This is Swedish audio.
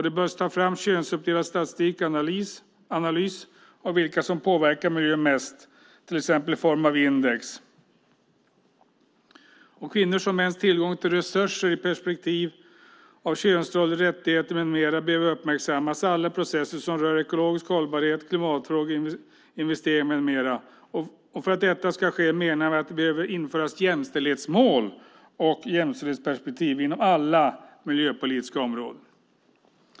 Det bör tas fram könsuppdelad statistik och analyser av vilka som påverkar miljön mest, till exempel i form av index. Kvinnors och mäns tillgång till resurser i perspektiv av könsroller, rättigheter med mera behöver uppmärksammas i alla processer som rör ekologisk hållbarhet, klimatfrågor, investeringar med mera. För att detta ska ske menar vi att det behöver införas jämställdhetsmål och jämställdhetsperspektiv inom alla miljöpolitiska områden.